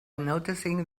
noticing